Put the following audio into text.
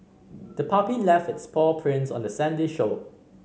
the puppy left its paw prints on the sandy shore